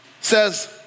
says